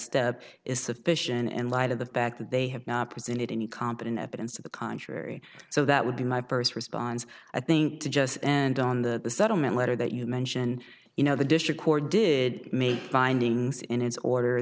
step is sufficient in light of the fact that they have not presented any competent evidence to the contrary so that would be my first response i think to just and on the settlement letter that you mention you know the district court did make findings in its order